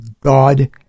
God